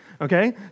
okay